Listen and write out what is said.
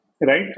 right